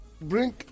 bring